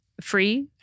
free